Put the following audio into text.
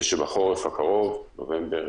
היא שבחורף הקרוב - נובמבר,